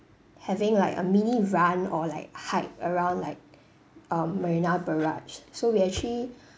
having like a mini run or like hike around like um marina barrage so we actually